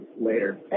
later